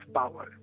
power